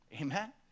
Amen